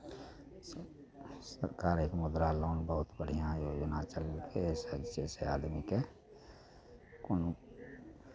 स् सरकार ई मुद्रा लोन बहुत बढ़िआँ योजना चललकै हइ जाहिसँ आदमीके कोनो